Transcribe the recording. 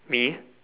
me